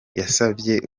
yabasabye